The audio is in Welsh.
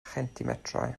chentimetrau